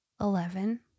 Eleven